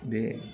बे